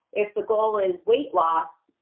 if the goal is weight loss,